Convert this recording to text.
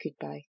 goodbye